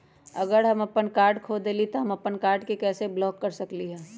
अगर हम अपन कार्ड खो देली ह त हम अपन कार्ड के कैसे ब्लॉक कर सकली ह?